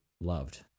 loved